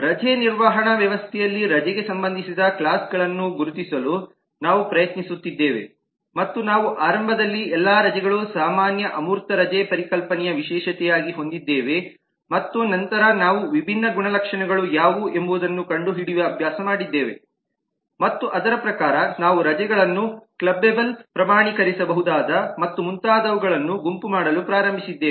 ರಜೆ ನಿರ್ವಹಣಾ ವ್ಯವಸ್ಥೆಯಲ್ಲಿ ರಜೆಗೆ ಸಂಬಂಧಿಸಿದ ಕ್ಲಾಸ್ಗಳನ್ನು ಗುರುತಿಸಲು ನಾವು ಪ್ರಯತ್ನಿಸುತ್ತಿದ್ದೇವೆ ಮತ್ತು ನಾವು ಆರಂಭದಲ್ಲಿ ಎಲ್ಲಾ ರಜೆಗಳು ಸಾಮಾನ್ಯ ಅಮೂರ್ತ ರಜೆ ಪರಿಕಲ್ಪನೆಯ ವಿಶೇಷತೆಯಾಗಿ ಹೊಂದಿದ್ದೇವೆ ಮತ್ತು ನಂತರ ನಾವು ವಿಭಿನ್ನ ಗುಣಲಕ್ಷಣಗಳು ಯಾವುವು ಎಂಬುದನ್ನು ಕಂಡುಹಿಡಿಯುವ ಅಭ್ಯಾಸ ಮಾಡಿದ್ದೇವೆ ಮತ್ತು ಅದರ ಪ್ರಕಾರ ನಾವು ರಜೆಗಳನ್ನು ಕ್ಲಾಬ್ಬೆಬಲ್ ಪ್ರಮಾಣೀಕರಿಸಬಹುದಾದ ಮತ್ತು ಮುಂತಾದವುಗಳನ್ನು ಗುಂಪು ಮಾಡಲು ಪ್ರಾರಂಭಿಸಿದ್ದೇವೆ